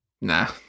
Nah